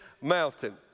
mountain